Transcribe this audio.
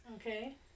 Okay